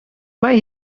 mae